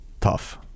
tough